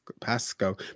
Pasco